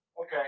Okay